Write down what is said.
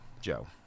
Joe